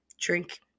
drink